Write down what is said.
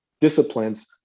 disciplines